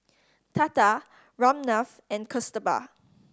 Tata Ramnath and Kasturba